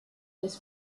das